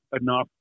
enough